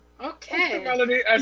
okay